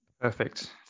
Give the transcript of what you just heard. Perfect